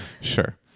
Sure